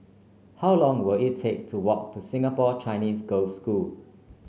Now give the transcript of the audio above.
how long will it take to walk to Singapore Chinese Girls' School